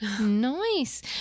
Nice